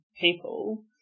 people